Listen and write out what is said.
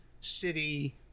city